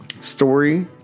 story